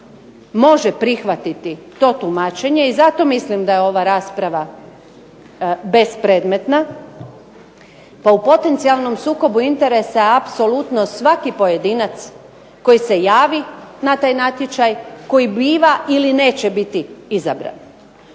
može prihvatiti to tumačenje i zato mislim da je ova rasprava bespredmetna, pa u potencijalnom sukobu interesa apsolutno svaki pojedinac koji se javi na taj natječaj, koji biva ili neće biti izabran.